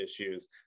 issues